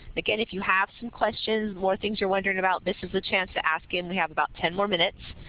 again, if you have some questions, more things you're wondering about, this is the chance to ask him. we have about ten more minutes.